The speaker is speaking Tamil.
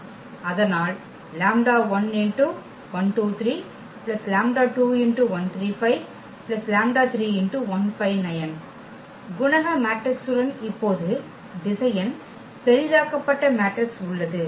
அதனால் குணக மேட்ரிக்ஸுடன் இப்போது திசையன் பெரிதாக்கப்பட்ட மேட்ரிக்ஸ் உள்ளது